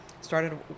started